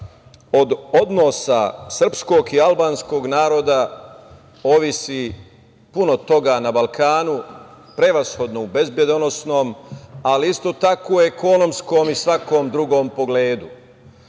od odnosa srpskog i albanskog naroda zavisi puno toga na Balkanu, prevashodno u bezbednosnom, ali isto tako i u ekonomskom i svakom drugom pogledu. Zato